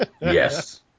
Yes